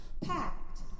packed